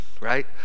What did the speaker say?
Right